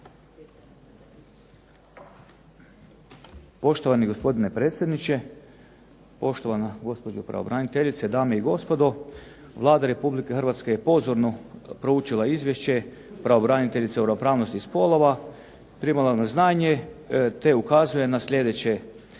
Poštovani gospodine predsjedniče, poštovana gospođo pravobraniteljice, dame i gospodo. Vlada Republike Hrvatske je pozorno proučila izvješće pravobraniteljice o ravnopravnosti spolova, primila na znanje te ukazuje na sljedeće.